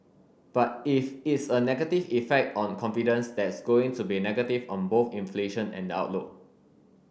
but if it's a negative effect on confidence that's going to be negative on both inflation and the outlook